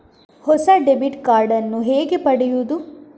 ಹೊಸ debit card ನ್ನು ಹೇಗೆ ಪಡೆಯುದು?